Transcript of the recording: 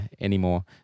anymore